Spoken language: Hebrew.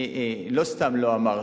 לא סתם לא אמרתי,